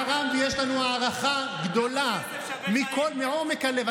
הוא תרם, ויש לנו הערכה גדולה מעומק הלב.